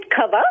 cover